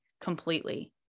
completely